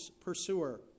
pursuer